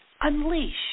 unleash